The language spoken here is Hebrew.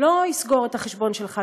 הוא לא יסגור את החשבון שלך,